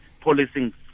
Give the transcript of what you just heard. policing